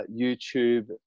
YouTube